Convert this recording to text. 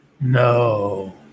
No